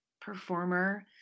performer